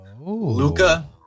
Luca